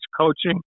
coaching